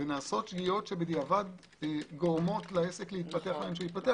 ונעשות שגיאות שגורמות לעסק להתפתח כפי שקורה.